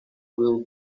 will